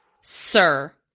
Sir